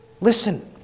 Listen